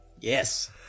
yes